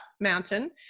mountain